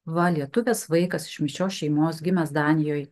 va lietuvės vaikas iš mišrios šeimos gimęs danijoj